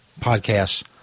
Podcasts